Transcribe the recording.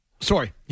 Sorry